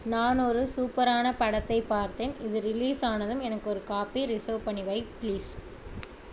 நான் ஒரு சூப்பரான படத்தை பார்த்தேன் இது ரிலீஸ் ஆனதும் எனக்கு ஒரு காப்பி ரிசர்வ் பண்ணி வை ப்ளீஸ்